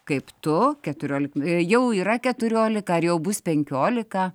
kaip tu keturiolik jau yra keturiolika ar jau bus penkiolika